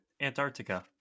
Antarctica